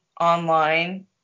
online